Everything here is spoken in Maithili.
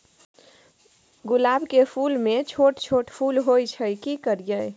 गुलाब के फूल में छोट छोट फूल होय छै की करियै?